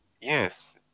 Yes